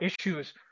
issues